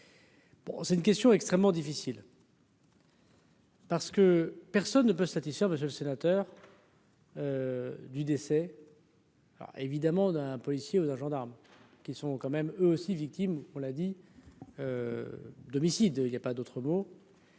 c'est une question extrêmement difficile. Parce que personne ne peut satisfaire monsieur le sénateur. Du décès. Alors, évidemment, d'un policier ou un gendarme qui sont quand même eux aussi victimes, on l'a dit d'homicide, il y a pas d'autre mot.